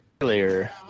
earlier